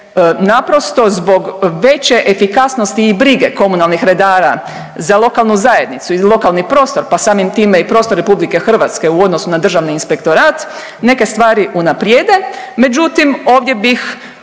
naprosto zbog veće efikasnosti i brige komunalnih redara za lokalnu zajednicu i lokalni prostor, pa samim time i prostor RH u odnosu na Državni inspektorat neke stvari unaprijede, međutim ovdje bih